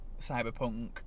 cyberpunk